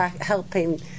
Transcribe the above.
helping